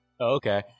okay